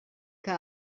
que